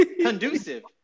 conducive